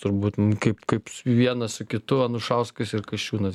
turbūt kaip kaip vienas su kitu anušauskas ir kasčiūnas